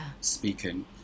speaking